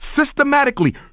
systematically